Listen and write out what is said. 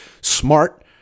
smart